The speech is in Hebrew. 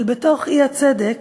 אבל בתוך האי-צדק,